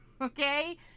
okay